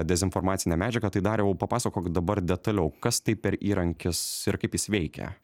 dezinformacinę medžiagą tai dariau papasakok dabar detaliau kas tai per įrankis ir kaip jis veikia